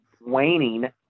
waning